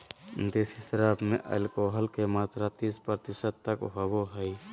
देसी शराब में एल्कोहल के मात्रा तीस प्रतिशत तक होबो हइ